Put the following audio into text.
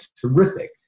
terrific